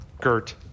Gert